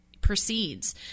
proceeds